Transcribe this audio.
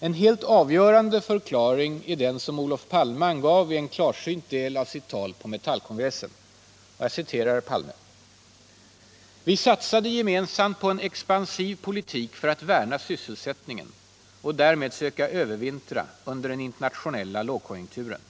En helt avgörande förklaring är den som Olof Palme angav i en klarsynt del av sitt tal på Metallkongressen. Jag citerar: ”Vi satsade gemensamt på expansiv politik för att värna sysselsättningen och därmed söka övervintra under den internationella lågkonjunkturen.